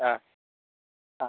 ಹಾಂ ಹಾಂ